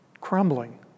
crumbling